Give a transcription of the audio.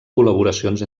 col·laboracions